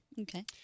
Okay